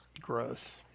Gross